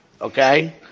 okay